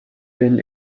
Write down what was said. been